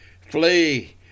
Flee